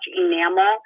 enamel